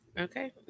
okay